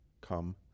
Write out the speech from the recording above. come